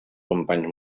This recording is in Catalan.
companys